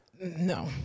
no